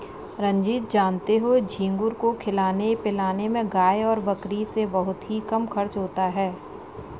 रंजीत जानते हो झींगुर को खिलाने पिलाने में गाय और बकरी से बहुत ही कम खर्च होता है